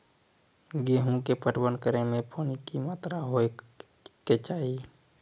गेहूँ के पटवन करै मे पानी के कि मात्रा होय केचाही?